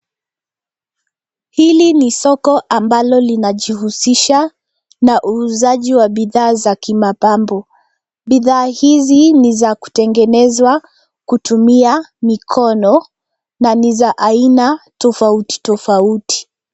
Hili ni soko ambalo linajihusisha na uuzaji wa bidhaa za kimapambo. Bidhaa hizi ni za kutengenezwa kutumia mikono na ni za aina tofauti tofauti.